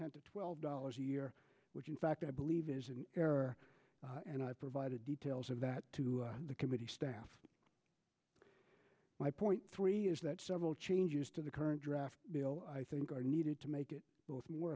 ten to twelve dollars a year which in fact i believe is an error and i provided details of that to the committee staff my point three is that several changes to the current draft i think are needed to make it